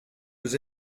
was